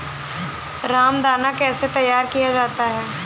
रामदाना कैसे तैयार किया जाता है?